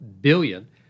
billion